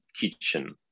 kitchen